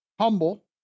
humble